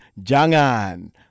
jangan